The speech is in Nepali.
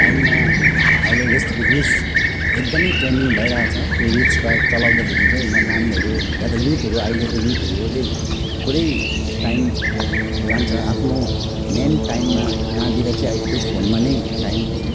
टाइममा अहिले जस्तो कि रिल्स एकदम ट्रेन्डिङ भइरहेको छ रिल्स प्याक चलाउँदाखेरि चाहिँ नानीहरू वा त युथहरू अहिलेको युथहरू चाहिँ पुरै टाइम जान्छ आफ्नो मेन टाइममा नदिएर चाहिँ फोनमा नै टाइम